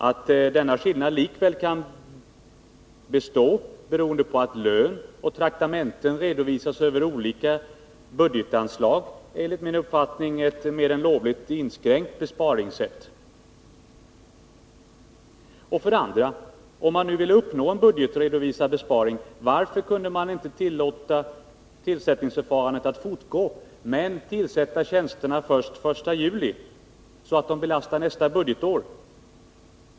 Att denna skillnad likväl kan bestå, beroende på att lön och traktamenten redovisas över olika budgetanslag, är enligt min uppfattning ett mer än lovligt inskränkt besparingssätt. För det andra: Om man nu vill uppnå en budgetredovisad besparing, varför kunde man inte låta tillsättningsförfarandet fortgå men tillsätta tjänsterna först den 1 juli, så att det belastar nästa budgetår?